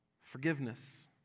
forgiveness